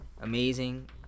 amazing